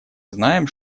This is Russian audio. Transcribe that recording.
знаем